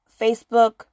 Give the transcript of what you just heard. Facebook